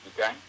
okay